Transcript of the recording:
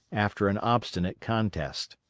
after an obstinate contest.